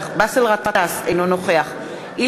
אינו נוכח באסל גטאס,